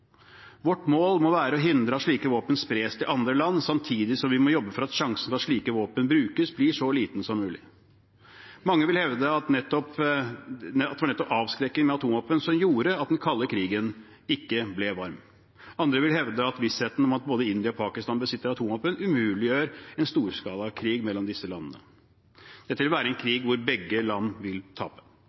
Vårt mål må være å hindre at slike våpen spres til andre land, samtidig som vi må jobbe for at sjansen for at slike våpen brukes, blir så liten som mulig. Mange vil hevde at det var nettopp avskrekking med atomvåpen som gjorde at den kalde krigen ikke ble varm. Andre vil hevde at vissheten om at både India og Pakistan besitter atomvåpen, umuliggjør en storskalakrig mellom disse landene. Dette vil være en krig hvor begge land vil tape.